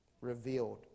revealed